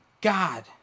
God